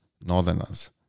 Northerners